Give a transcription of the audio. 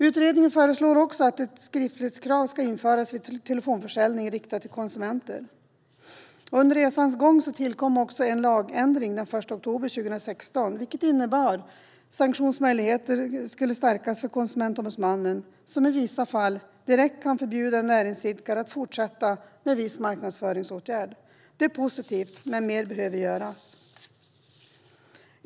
Utredningen föreslår också att ett skriftligt krav ska införas vid telefonförsäljning riktad till konsumenter. Under resans gång tillkom också en lagändring den 1 oktober 2016. Den innebar att sanktionsmöjligheter stärktes för Konsumentombudsmannen som nu i vissa fall direkt kan förbjuda näringsidkare att fortsätta med en viss marknadsföringsåtgärd. Det är positivt, men mer behöver göras.